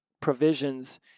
provisions